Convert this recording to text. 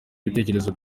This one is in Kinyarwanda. ibitekerezo